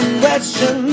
question